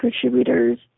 contributors